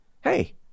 hey